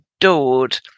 adored